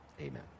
amen